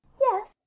yes